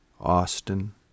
Austin